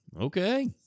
okay